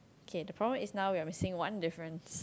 K the problem is now we are missing one difference